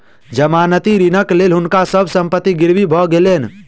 जमानती ऋणक लेल हुनका सभ संपत्ति गिरवी भ गेलैन